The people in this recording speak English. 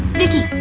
vicky?